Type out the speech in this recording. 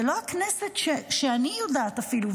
זו לא הכנסת שאני יודעת אפילו,